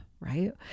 right